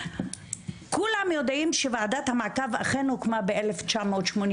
כולם יודעים שוועדת המעקב אכן הוקמה ב-1982,